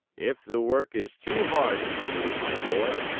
if the work is too hard for you, my boy,